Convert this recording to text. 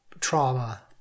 trauma